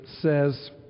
says